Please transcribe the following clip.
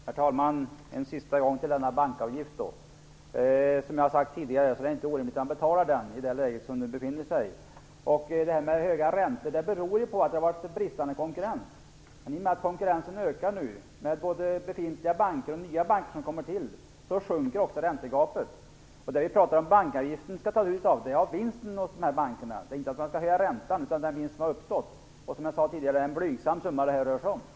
Herr talman! En sista kommentar till bankavgiften. Det är, som sagt, inte orimligt att ha en sådan i nuvarande läge. De höga räntorna beror på att det har varit en bristande konkurrens. Men i och med att konkurrensen nu ökar avseende både befintliga banker och nya banker som kommer till minskar också räntegapet. Bankavgiften skall tas ut på vinsten hos de här bankerna. Det är alltså inte fråga om att höja räntan. Som jag tidigare sagt rör det sig om en blygsam summa.